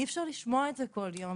אי אפשר לשמוע את זה כל יום,